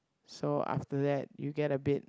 so after that you get a bit